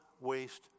waste